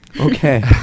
Okay